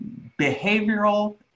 behavioral